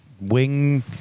wing